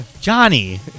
Johnny